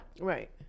Right